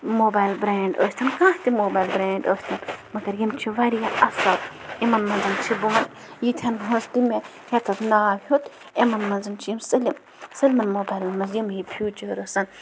mobile brand ٲسۍ تَن کانٛہہ تہِ موبایِل برٛینڈ ٲسۍ نَکھ مگر یِم چھِ واریاہ اَصٕل یِمَن منٛز چھِ ییٖتہَن ہٕنٛز تہِ مےٚ ییٚتَتھ ناو ہیوٚتھ یِمَن منٛز چھِ یِم سٲلِم سٲلمَن موبایلَن منٛز یِم ہی فیوٗچٲرٕسَن